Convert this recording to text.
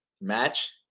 match